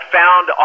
found